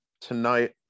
tonight